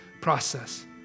process